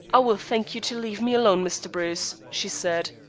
i will thank you to leave me alone, mr. bruce, she said.